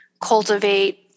cultivate